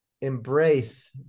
embrace